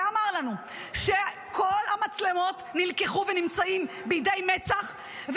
ואמר לנו שכל המצלמות נלקחו ונמצאות בידי מצ"ח,